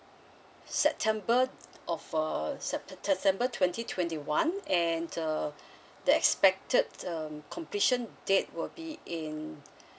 september of uh september twenty twenty one and um the expected um completion date will be in